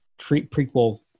prequel